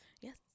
Yes